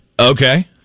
Okay